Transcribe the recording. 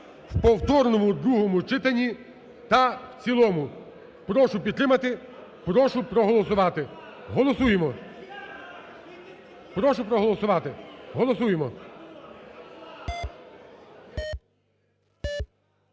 в повторному другому читанні та в цілому. Прошу підтримати, прошу проголосувати. Голосуємо. Прошу проголосувати. Голосуємо.